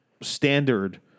standard